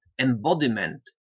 embodiment